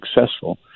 successful